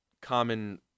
common